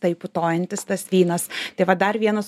tai putojantis tas vynas tai va dar vienas